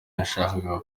yashakaga